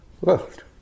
world